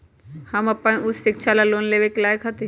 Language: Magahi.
हम अपन उच्च शिक्षा ला लोन लेवे के लायक हती?